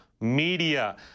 Media